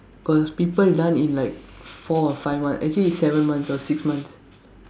got people done in like four or five months actually is seven months or six months